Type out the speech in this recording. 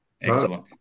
Excellent